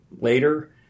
later